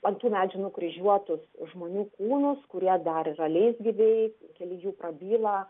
ant tų medžių nukryžiuotus žmonių kūnus kurie dar yra leisgyviai keli jų prabyla